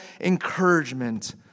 encouragement